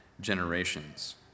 generations